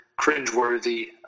cringeworthy